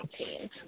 Okay